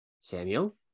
Samuel